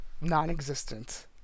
non-existent